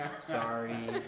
Sorry